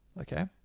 okay